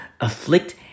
afflict